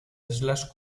islas